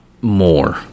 more